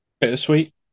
Bittersweet